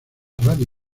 radio